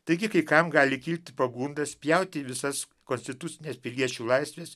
taigi kai kam gali kilti pagunda spjauti į visas konstitucines piliečių laisves